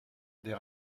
des